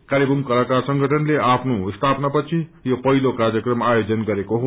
कालेबुङ कलाकार संगठनले आफ्नो स्थापाना पछि यो पहिलो कार्यक्रम आयोजन गरेको थियो